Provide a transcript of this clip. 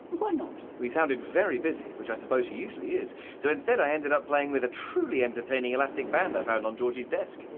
why not? he sounded very busy which i suppose he usually is so instead i ended up playing with a truly entertaining elastic band i found on georgie's desk!